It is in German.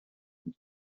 und